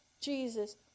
Jesus